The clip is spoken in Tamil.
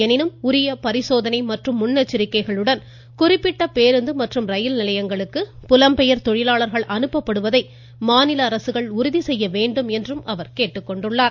எனினும் உரிய பரிசோதனை மற்றும் முன்னெச்சரிக்கைகளுடன் குறிப்பிட்ட பேருந்து மற்றும் ரயில் நிலையங்களுக்கு புலம்பெயர் தொழிலாளர்கள் அனுப்பப்படுவதை மாநில அரசுகள் உறுதி செய்ய வேண்டும் என்றும் அறிவுறுத்தப்பட்டுள்ளது